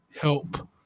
help